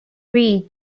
read